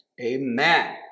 Amen